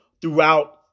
throughout